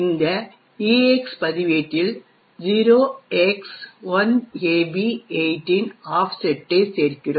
இந்த EAX பதிவேட்டில் 0x1AB8 இன் ஆஃப்செட்டை சேர்க்கிறோம்